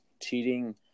cheating